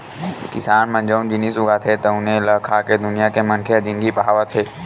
किसान मन जउन जिनिस उगाथे तउने ल खाके दुनिया के मनखे ह जिनगी पहावत हे